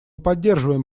поддерживаем